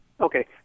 Okay